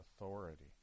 authority